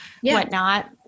whatnot